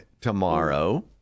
tomorrow